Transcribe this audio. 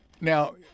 Now